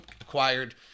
acquired